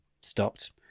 stopped